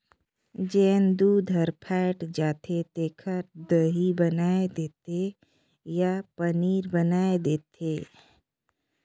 जेन दूद हर फ़ायट जाथे तेखर दही बनाय देथे या पनीर बनाय देथे